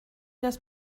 das